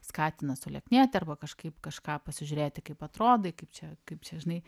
skatina sulieknėti arba kažkaip kažką pasižiūrėti kaip atrodai kaip čia kaip čia žinai